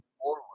forward